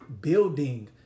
building